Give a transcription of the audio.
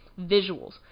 visuals